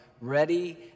ready